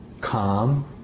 calm